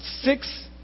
six